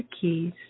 Keys